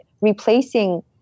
replacing